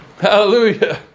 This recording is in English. Hallelujah